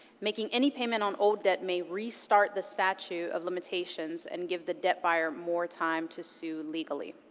making any payment on old debt may restart the statute of limitations and give the debt buyer more time to sue legally.